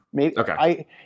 Okay